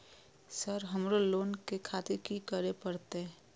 Sir हमरो loan ले खातिर की करें परतें?